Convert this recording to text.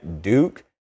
Duke